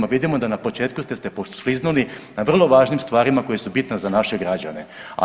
A vidimo da na početku ste se poskliznuli na vrlo važnim stvarima koja su bitna za naše građane.